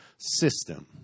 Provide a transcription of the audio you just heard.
system